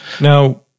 Now